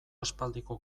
aspaldiko